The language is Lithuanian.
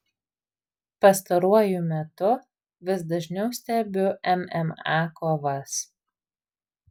pastaruoju metu vis dažniau stebiu mma kovas